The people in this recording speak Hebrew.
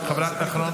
כבר מאוחר.